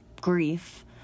grief